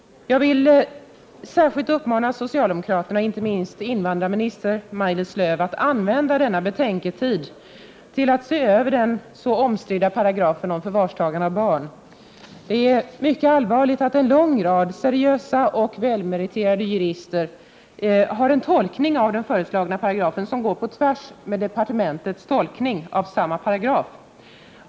Jag vill uppmana socialdemokraterna, inte minst invandrarminister Maj Lis Lööw, att använda denna betänketid till att se över den så omstridda paragrafen om förvarstagande av barn. Det är mycket allvarligt att en lång rad mycket seriösa och välmeriterde jurister har en tolkning av den föreslagna paragrafen som går tvärt emot departementets tolkning av samma paragraf.